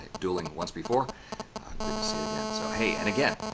dueling once before. i'm good to see it again. so, hey! and again.